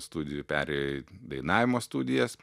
studijų perėjo į dainavimo studijas